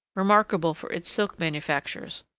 remarkable for its silk manufactures.